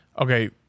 okay